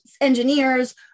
engineers